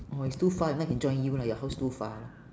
oh it's too far if not can join you lah your house too far